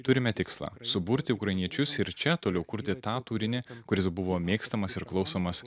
turime tikslą suburti ukrainiečius ir čia toliau kurti tą turinį kuris buvo mėgstamas ir klausomas